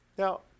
Now